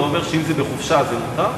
אתה אומר שאם זה בחופשה, אז זה מותר?